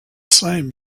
same